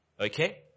Okay